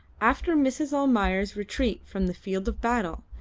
after mrs. almayer's retreat from the field of battle,